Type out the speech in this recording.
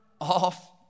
off